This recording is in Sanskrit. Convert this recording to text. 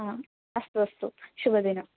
हा अस्तु अस्तु शुभदिनम्